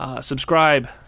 Subscribe